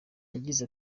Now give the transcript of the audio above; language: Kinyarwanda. yagize